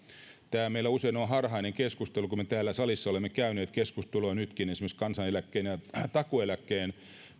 meillä usein on harhainen keskustelu kun me täällä salissa käymme keskustelua nytkin esimerkiksi kansaneläkkeen ja takuueläkkeen